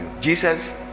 Jesus